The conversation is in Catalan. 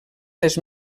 les